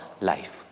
life